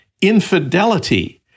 infidelity